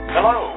Hello